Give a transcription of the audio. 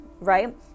right